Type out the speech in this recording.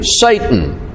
Satan